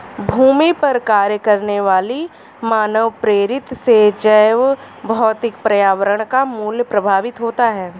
भूमि पर कार्य करने वाली मानवप्रेरित से जैवभौतिक पर्यावरण का मूल्य प्रभावित होता है